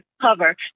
cover